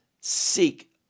seek